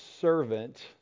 servant